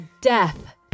death